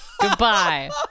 Goodbye